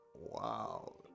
wow